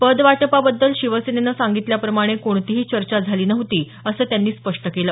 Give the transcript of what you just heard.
पद वाटपाबद्दल शिवसेनेनं सांगितल्याप्रमाणे कोणतीही चर्चा झाली नव्हती असं त्यांनी स्पष्ट केलं